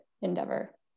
endeavor